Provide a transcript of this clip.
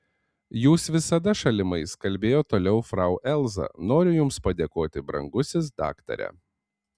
jūs visada šalimais kalbėjo toliau frau elza noriu jums padėkoti brangusis daktare